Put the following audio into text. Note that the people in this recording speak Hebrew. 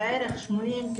בערך 80,